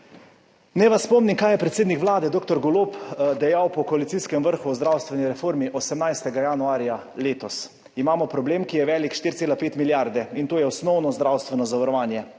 Naj vas spomnim, kaj je predsednik Vlade dr. Golob dejal po koalicijskem vrhu o zdravstveni reformi 18. januarja letos: »Imamo problem, ki je velik 4,5 milijarde, in to je osnovno zdravstveno zavarovanje.